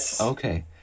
okay